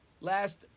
Last